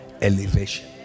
elevation